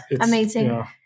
amazing